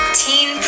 teen